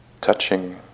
touching